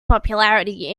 popularity